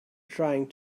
trying